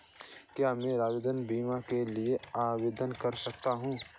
क्या मैं स्वास्थ्य बीमा के लिए आवेदन कर सकता हूँ?